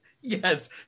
yes